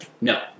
no